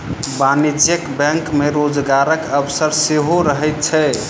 वाणिज्यिक बैंक मे रोजगारक अवसर सेहो रहैत छै